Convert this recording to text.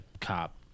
cop